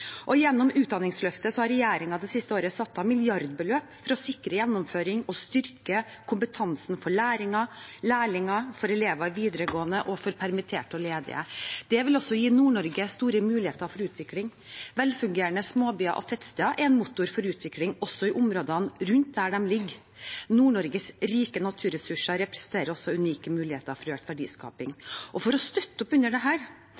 Gjennom Utdanningsløftet har regjeringen det siste året satt av milliardbeløp for å sikre gjennomføring og styrke kompetansen for lærlinger, for elever i videregående og for permitterte og ledige. Det vil også gi Nord-Norge store muligheter for utvikling. Velfungerende småbyer og tettsteder er en motor for utvikling også i områdene rundt der de ligger. Nord-Norges rike naturressurser representerer også unike muligheter for økt verdiskaping. For å støtte opp under